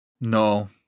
No